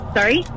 Sorry